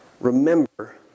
remember